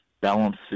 balance